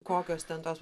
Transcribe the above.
kokios ten tos